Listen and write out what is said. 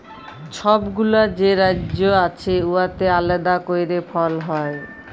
ছব গুলা যে রাজ্য আছে উয়াতে আলেদা ক্যইরে ফল হ্যয়